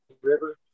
River